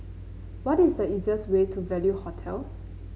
what is the easiest way to Value Hotel